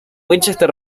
winchester